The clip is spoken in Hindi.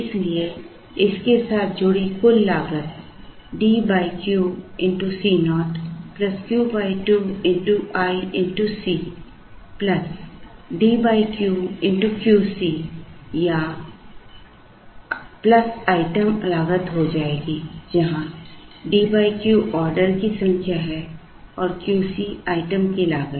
इसलिए इसके साथ जुड़ी कुल लागत D Q x Co Q 2 x i x c D Q QC या आइटम लागत हो जाएगी जहां D Q ऑर्डर की संख्या है और QC आइटम की लागत